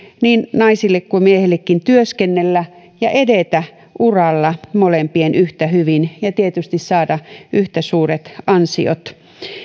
niin naisille kuin miehillekin työskennellä ja edetä uralla molemmille yhtä hyvin ja tietysti saada yhtä suuret ansiot